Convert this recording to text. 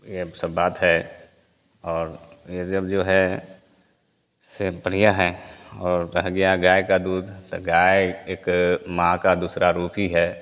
ये सब बात है और ये जब जो है से बढ़िया हैं और रह गया गाय का दूध त गाय एक माँ का दूसरा रूप ही है